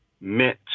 meant